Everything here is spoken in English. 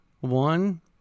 one